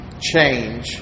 change